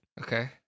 Okay